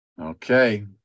Okay